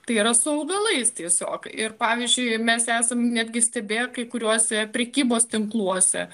tai yra su augalais tiesiog ir pavyzdžiui mes esam netgi stebėję kai kuriuose prekybos tinkluose